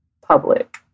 public